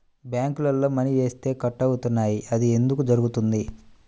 బ్యాంక్లో మని వేస్తే కట్ అవుతున్నాయి అది ఎందుకు జరుగుతోంది?